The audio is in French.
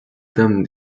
dame